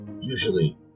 Usually